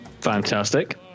fantastic